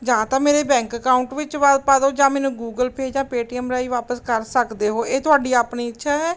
ਜਾਂ ਤਾਂ ਮੇਰੇ ਬੈਂਕ ਅਕਾਊਟ ਵਿੱਚ ਵਾ ਪਾ ਦਿਓ ਜਾਂ ਮੈਨੂੰ ਗੂਗਲ ਪੇਅ ਜਾਂ ਪੇਅਟੀਐੱਮ ਰਾਹੀਂ ਵਾਪਸ ਕਰ ਸਕਦੇ ਹੋ ਇਹ ਤੁਹਾਡੀ ਆਪਣੀ ਇੱਛਾ ਹੈ